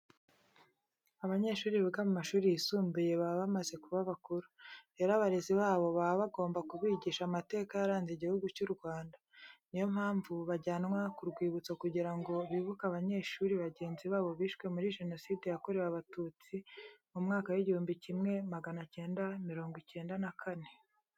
Abanyeshuri biga mu mashuri yisumbuye baba bamaze kuba bakuru. Rero abarezi babo baba bagomba kubigisha amateka yaranze Igihugu cy'u Rwanda. Niyo mpamvu bajyanwa ku rwibutso kugira ngo bibuke abanyeshuri bagenzi babo bishwe muri Jenoside yakorewe Abatutsi mu mwaka w'igihumbi kimwe magana cyenda mirongo cyenda na kane.